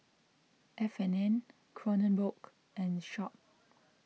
F and N Kronenbourg and Sharp